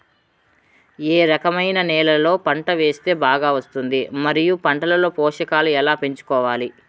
ఏ రకమైన నేలలో పంట వేస్తే బాగా వస్తుంది? మరియు పంట లో పోషకాలు ఎలా పెంచుకోవాలి?